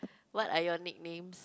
what are your nicknames